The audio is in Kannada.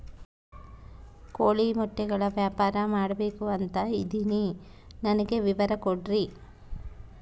ಕೋಳಿ ಮೊಟ್ಟೆಗಳ ವ್ಯಾಪಾರ ಮಾಡ್ಬೇಕು ಅಂತ ಇದಿನಿ ನನಗೆ ವಿವರ ಕೊಡ್ರಿ?